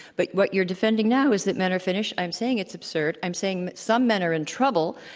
but what you're defending now is that men are finished. i'm saying it's absurd. i'm saying that some men are in trouble.